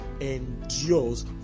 endures